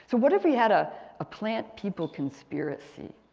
what if we had a ah plant people conspiracy?